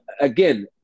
again